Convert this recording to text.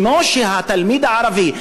כמו שהתלמיד הערבי,